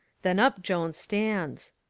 then up jones stands.